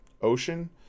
ocean